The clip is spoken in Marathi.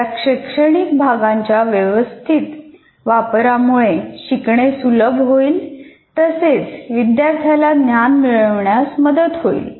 या शैक्षणिक भागांच्या व्यवस्थित वापरामुळे शिकणे सुलभ होईल तसेच विद्यार्थ्याला ज्ञान मिळविण्यास मदत होईल